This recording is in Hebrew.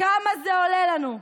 כמה זה עולה לנו?